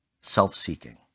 self-seeking